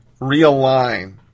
realign